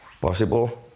possible